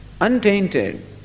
untainted